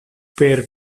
per